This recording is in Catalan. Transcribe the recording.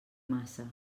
massa